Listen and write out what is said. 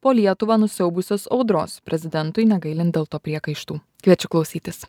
po lietuvą nusiaubusios audros prezidentui negailint dėl to priekaištų kviečiu klausytis